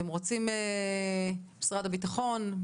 משרד הביטחון,